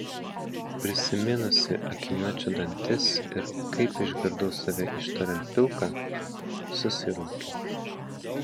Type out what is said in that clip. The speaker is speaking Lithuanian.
prisiminusi akiniuočio dantis ir kaip išgirdau save ištariant pilka susiraukiu